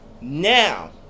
Now